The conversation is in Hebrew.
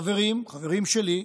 חברים, חברים שלי,